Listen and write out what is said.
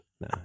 No